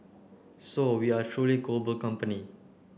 so we are a truly global company